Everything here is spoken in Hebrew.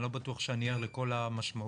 אני לא בטוח שאני ער לכל המשמעויות.